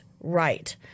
right